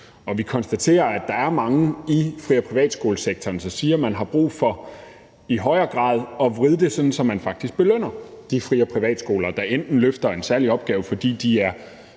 Vi konstaterer, at der er mange i fri- og privatskolesektoren, som siger, at der i højere grad er brug for at skrue det sådan sammen, at man faktisk belønner de fri- og privatskoler, der enten løfter en særlig opgave, fordi de er